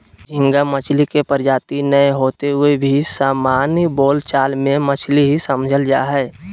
झींगा मछली के प्रजाति नै होते हुए भी सामान्य बोल चाल मे मछली ही समझल जा हई